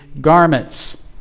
garments